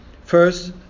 First